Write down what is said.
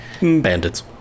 Bandits